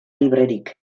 librerik